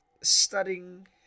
studying